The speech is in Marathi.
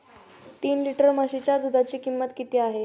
तीन लिटर म्हशीच्या दुधाची किंमत किती आहे?